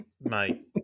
Mate